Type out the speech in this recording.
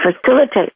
facilitate